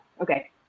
Okay